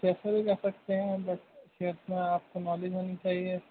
کییسے بھی جا سکتے ہیں بٹ شیئرس میں آپ کو نالج ہونی چاہیے